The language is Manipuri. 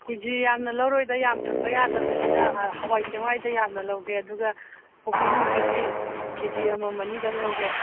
ꯀꯦꯖꯤ ꯌꯥꯝꯅ ꯂꯧꯔꯣꯏꯗ ꯌꯥꯝ ꯊꯝꯕ ꯌꯥꯗꯕꯅꯤꯅ ꯍꯋꯥꯏ ꯆꯦꯡꯋꯥꯏꯗ ꯌꯥꯝꯅ ꯂꯧꯒꯦ ꯑꯗꯨꯒ ꯀꯣꯕꯤ ꯅꯨꯡꯕꯤꯗꯤ ꯀꯦꯖꯤ ꯑꯃꯃꯝ ꯑꯅꯤꯗꯪ ꯂꯧꯒꯦ